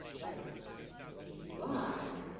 but if you are,